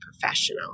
professional